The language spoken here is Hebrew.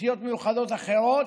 אוכלוסיות מיוחדות אחרות,